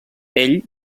ell